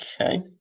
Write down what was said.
Okay